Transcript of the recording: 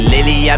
Lily